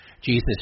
Jesus